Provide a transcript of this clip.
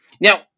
Now